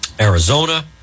Arizona